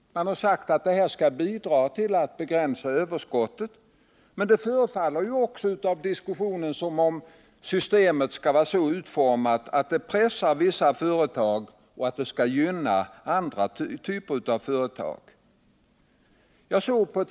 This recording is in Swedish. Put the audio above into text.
Man har sagt att man vill bidra till att begränsa överskottet, men det förefaller av diskussionen som om systemet skall vara så utformat att det pressar vissa företag men gynnar andra typer av företag.